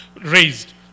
raised